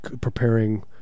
preparing